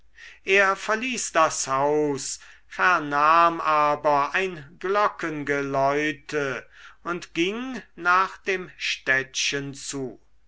er verließ das haus vernahm aber ein glockengeläute und ging nach dem städtchen zu